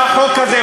איפה אתה בחוק הזה?